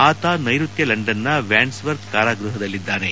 ಆತ ನೈರುತ್ಯ ಲಂಡನ್ನ ವ್ಯಾಂಡ್ಸ್ವರ್ತ್ ಕಾರಾಗೃಹದಲ್ಲಿದ್ದಾನೆ